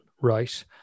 right